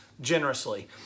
generously